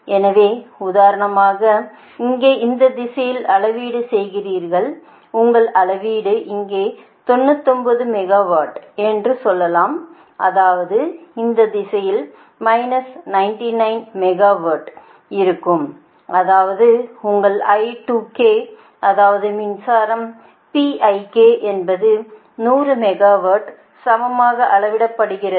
எனவே உதாரணமாக இங்கே இந்த திசையில் அளவீடு செய்கிறீர்கள் உங்கள் அளவிடு இங்கே 99 மெகாவாட் என்று சொல்லலாம் அதாவது இந்த திசையில் மைனஸ் 99 மெகாவாட் இருக்கும் அதாவது உங்கள் i to k அதாவது மின்சாரம் என்பது 100 மெகாவாட்க்கு சமமாக அளவிடப்படுகிறது